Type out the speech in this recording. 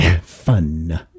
Fun